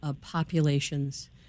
populations